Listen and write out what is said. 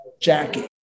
Jackie